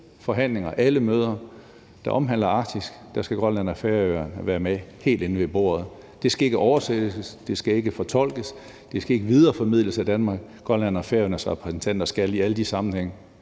forhandlinger, alle møder, der omhandler Arktis, skal Grønland og Færøerne være med helt inde ved bordet. Det skal ikke oversættes, det skal ikke fortolkes, det skal ikke videreformidles af Danmark. Grønland og Færøernes repræsentanter skal i alle de sammenhænge,